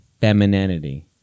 femininity